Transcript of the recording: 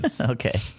Okay